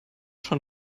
schon